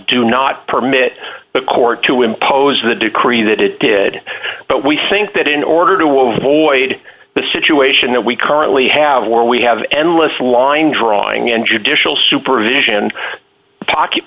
do not permit the court to impose the decree that it did but we think that in order to avoid the situation that we currently have where we have endless line drawing and judicial supervision